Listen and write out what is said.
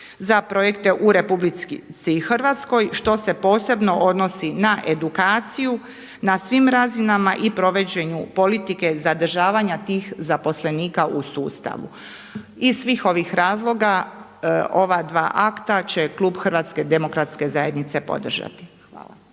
za projekte u RH što se posebno odnosi na edukaciju na svim razinama i provođenju politike zadržavanja tih zaposlenika u sustavu. Iz svih ovih razloga ova dva akta će klub HDZ-a podržati. Hvala.